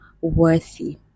worthy